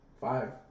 Five